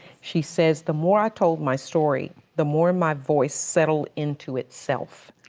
she says, the more i told my story, the more and my voice settled into itself.